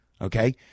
Okay